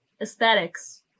aesthetics